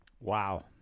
Wow